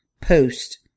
post